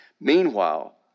Meanwhile